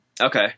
Okay